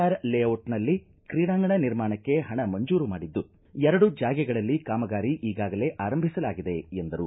R ಲೇದಿಚ್ನಲ್ಲಿ ಕ್ರೀಡಾಂಗಣ ನಿರ್ಮಾಣಕ್ಕೆ ಹಣ ಮಂಜೂರು ಮಾಡಿದ್ದು ಎರಡು ಜಾಗೆಗಳಲ್ಲಿ ಕಾಮಗಾರಿ ಈಗಾಗಲೇ ಆರಂಭಿಸಲಾಗಿದೆ ಎಂದರು